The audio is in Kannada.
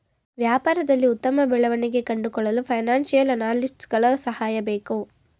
ವ್ಯಾಪಾರದಲ್ಲಿ ಉತ್ತಮ ಬೆಳವಣಿಗೆ ಕಂಡುಕೊಳ್ಳಲು ಫೈನಾನ್ಸಿಯಲ್ ಅನಾಲಿಸ್ಟ್ಸ್ ಗಳ ಸಹಾಯ ಬೇಕು